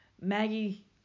Maggie